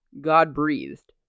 God-breathed